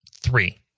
Three